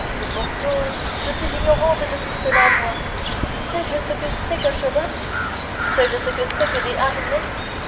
monsieur porthos je suis ignorante de tout cela moi sais-je ce que c'est qu'un cheval sais-je ce que c'est que des harnais